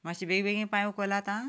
मातशें बेगीन बेगीन पांय उखलात आं